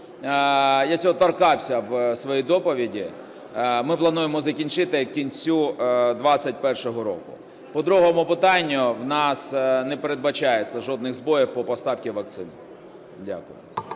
я цього торкався в своїй доповіді, ми плануємо закінчити в кінці 2021 року. По другому питанню. В нас не передбачається жодних збоїв по поставці вакцин. Дякую.